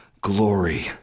glory